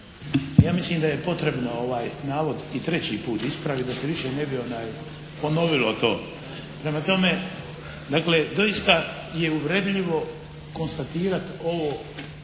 ja mislim da je potrebno ovaj navod i treći put ispraviti, da se više ne bi ponovilo to. Prema tome, dakle doista je uvredljivo konstatirat ovo